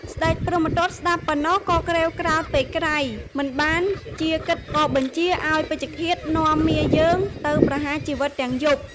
ស្តេចព្រហ្មទត្តស្តាប់ប៉ុណ្ណោះក៏ក្រេវក្រោធពេកក្រៃ មិនបានជាគិតក៏បញ្ជាឱ្យពេជ្ឈឃាតនាំមាយើងទៅប្រហារជីវិតទាំងយប់។